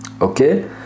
okay